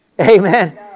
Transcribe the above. Amen